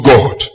God